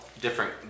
different